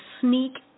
sneak